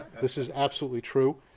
this is absolutely true.